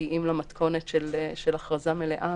מגיעים למתכונת של הכרזה מלאה,